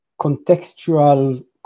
contextual